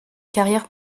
carrière